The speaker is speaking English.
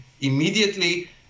immediately